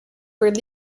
were